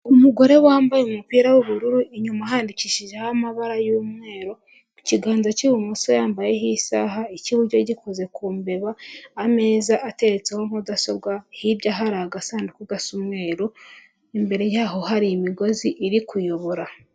Umugore wambaye umupira w'ubururu, inyuma yandikishijeho amabara y'umweru, ku kiganza cy'ibumoso yambayeho isaha, icy'iburyo gikoze ku mbeba, ameza ateretseho mudasobwa, hirya hari agasanduku gasa umweru, imbere yaho hari imigozi iri kuyobora.